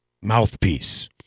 mouthpiece